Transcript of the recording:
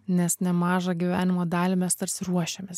nes nemažą gyvenimo dalį mes tarsi ruošiamės